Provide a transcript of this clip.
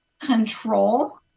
control